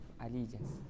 allegiance